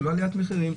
זה לא עליית מחירים,